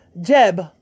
Jeb